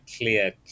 clear